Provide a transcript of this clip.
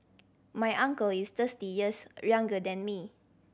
my uncle is thirsty years younger than me